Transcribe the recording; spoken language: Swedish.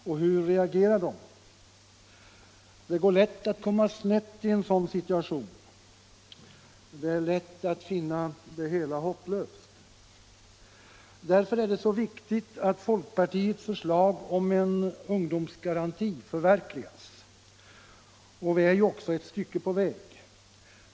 Och hur reagerar de? Det går lätt att komma snett i en sådan situation. Det är lätt att finna det hela hopplöst. Därför är det så viktigt att folkpartiets förslag om en ungdomsgaranti förverkligas. Vi är ju också ett stycke på väg.